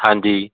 ਹਾਂਜੀ